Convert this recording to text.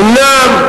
אומנם,